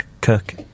cook